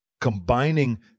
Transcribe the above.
Combining